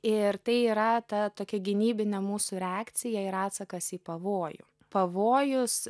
ir tai yra ta tokia gynybinė mūsų reakcija ir atsakas į pavojų pavojus